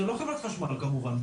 זה לא חברת חשמל כמובן,